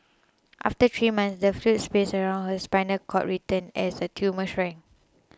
after three months the fluid space around her spinal cord returned as the tumour shrank